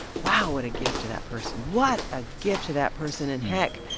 wow. what a gift to that person. what a gift to that person. and heck,